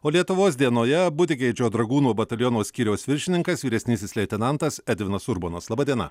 o lietuvos dienoje butigeidžio dragūnų bataliono skyriaus viršininkas vyresnysis leitenantas edvinas urbonas laba diena